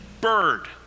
bird